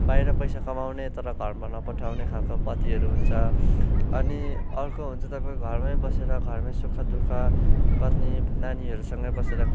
बाहिर पैसा कमाउने तर घरमा नपठाउने खालको पतिहरू हुन्छ अनि अर्को हुन्छ तपाईँको घरमै बसेर घरमै सुख दुःख पत्नी नानीहरूसँगै बसेर